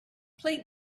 play